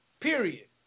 Period